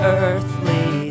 earthly